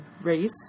race